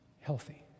healthy